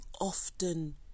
often